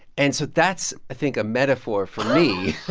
and so that's, i think, a metaphor for me.